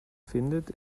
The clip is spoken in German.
findet